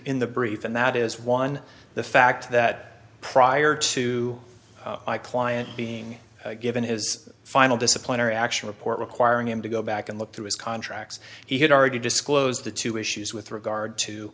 in the brief and that is one the fact that prior to client being given his final disciplinary action report requiring him to go back and look through his contracts he had already disclosed the two issues with regard to